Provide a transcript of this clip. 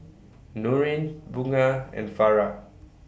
Nurin Bunga and Farah